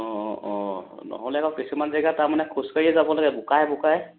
অঁ অঁ অঁ নহ'লে আকৌ কিছুমান জেগা তাৰমানে খোজকাঢ়িয়ে যাব লাগে বোকাই বোকাই